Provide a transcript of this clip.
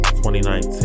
2019